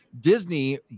Disney